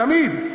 תמיד,